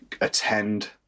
attend